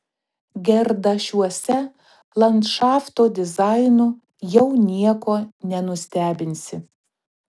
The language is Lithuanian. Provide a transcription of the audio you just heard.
gerdašiuose landšafto dizainu jau nieko nenustebinsi